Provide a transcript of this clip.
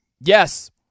Yes